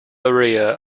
area